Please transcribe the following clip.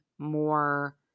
more